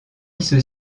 ceux